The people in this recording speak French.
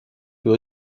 plus